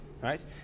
right